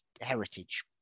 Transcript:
heritage